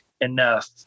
enough